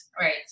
Right